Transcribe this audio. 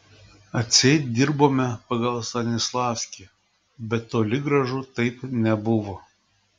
atseit dirbome pagal stanislavskį bet toli gražu taip nebuvo